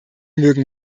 mögen